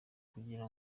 kugira